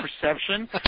perception